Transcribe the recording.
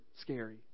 scary